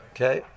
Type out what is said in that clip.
Okay